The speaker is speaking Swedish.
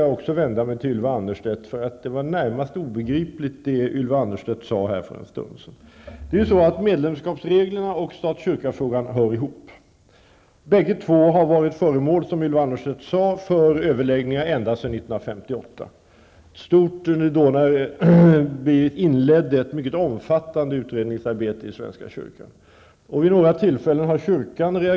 Här måste jag vända mig till Ylva Annerstedt. Det hon sade här för en stund sedan tycker jag är i det närmaste obegripligt. Medlemskapsreglerna och stat--kyrka-frågan hör ju ihop. Bägge frågorna har, som Ylva Annerstedt sade, ända sedan 1958 varit föremål för överläggningar. Ett mycket omfattande utredningsarbete i svenska kyrkan inleddes då. Vid några tillfällen har det kommit reaktioner från kyrkan.